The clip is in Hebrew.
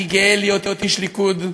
אני גאה להיות איש ליכוד,